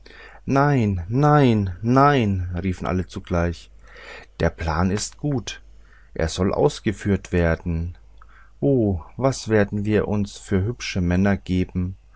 nein nein nein riefen alle zugleich der plan ist gut er soll ausgeführt werden o was werden wir uns für hübsche männer geben